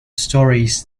stories